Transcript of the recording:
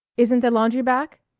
isn't the laundry back?